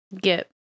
get